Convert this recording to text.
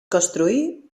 construí